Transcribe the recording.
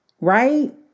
Right